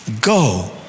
go